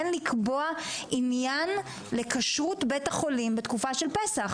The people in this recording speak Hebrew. לקבוע עניין לכשרות בית החולים בתקופה של פסח.